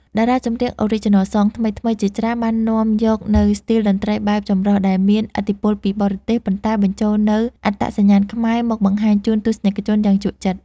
តារាចម្រៀង Original Song ថ្មីៗជាច្រើន បាននាំយកនូវស្ទីលតន្ត្រីបែបចម្រុះដែលមានឥទ្ធិពលពីបរទេស ប៉ុន្តែបញ្ចូលនូវអត្តសញ្ញាណខ្មែរមកបង្ហាញជូនទស្សនិកជនយ៉ាងជក់ចិត្ត។